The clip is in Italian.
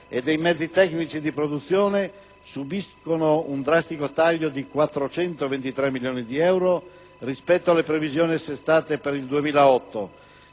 e dei mezzi tecnici di produzione subiscono un drastico taglio di 423 milioni di euro rispetto alle previsioni assestate per il 2008.